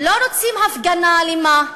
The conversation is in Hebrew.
לא רוצים הפגנה אלימה,